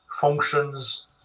functions